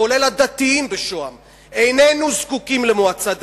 כולל הדתיים בשוהם: איננו זקוקים למועצה דתית,